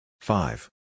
Five